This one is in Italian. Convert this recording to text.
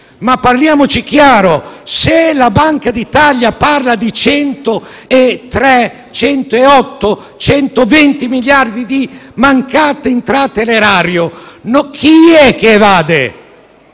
ma parliamoci chiaro: se la Banca d'Italia parla di 103, 108, 120 miliardi di mancate entrate per l'erario, chi è che evade?